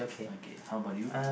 okay how about you